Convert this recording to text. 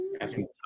asking